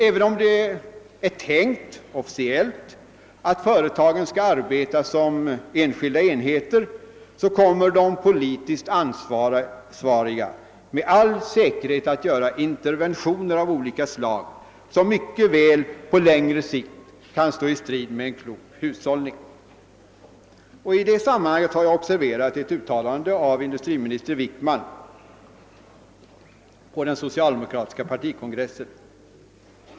Även om det officiellt är tänkt att företagen skall arbeta som enskilda enheter kommer de politiskt ansvariga med all säkerhet att göra interventioner av olika slag, som mycket väl på längre sikt kan stå i strid med en klok hushållning. I detta sammanhang vill jag framhålla att jag har observerat ett uttalande av statsrådet Wickman på den socialdemokratiska partikongressen.